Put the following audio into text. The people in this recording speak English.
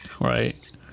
Right